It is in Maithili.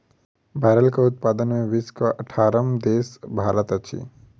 बायलरक उत्पादन मे विश्वक अठारहम देश भारत अछि